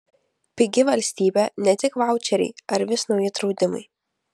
pigi valstybė ne tik vaučeriai ar vis nauji draudimai